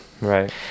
right